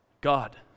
God